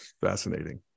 fascinating